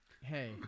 hey